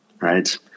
right